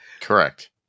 Correct